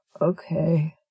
Okay